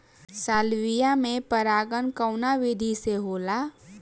Salvia में परागण कउना विधि से होला?